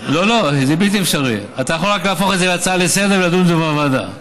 הצבעה בשבוע הבא?